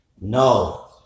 no